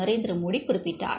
நரேந்திரமோடி குறிப்பிட்டார்